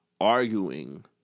arguing